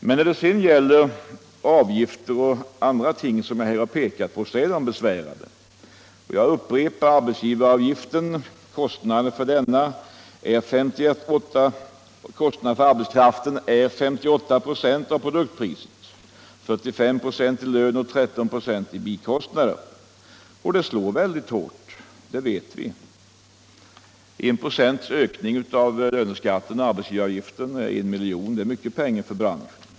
Men när det sedan gäller avgifter och andra ting som jag här har pekat på är förhållandena besvärande. Kostnaden för arbetsgivaravgifter och arbetskraft uppgår till 58 96 av produktpriset, 45 96 i lön och 13 96 i bikostnader. Det slår väldigt hårt — det vet vi. En procents ökning av löneskatten/arbetsgivaravgiften innebär en miljon i ökade kostnader, och det är mycket pengar för branschen.